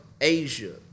Asia